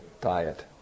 diet